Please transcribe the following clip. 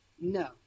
No